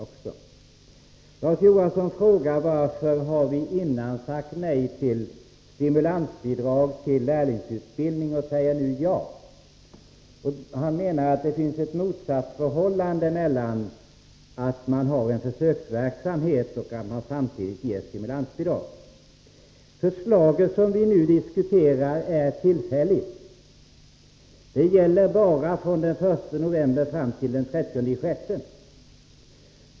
Larz Johansson frågade varför vi tidigare har sagt nej till stimulansbidrag till lärlingsutbildning och nu säger ja. Han menar att det finns ett motsatsförhållande mellan att ha en försöksverksåmhet och samtidigt ge stimulansbidrag. Det förslag som vi nu diskuterar är tillfälligt. Det gäller bara från den 1 november fram till den 30 juni.